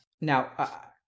Now